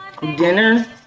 Dinner